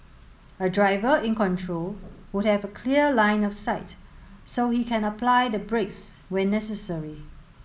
a driver in control would have a clear line of sight so he can apply the brakes when necessary